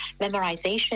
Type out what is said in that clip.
memorization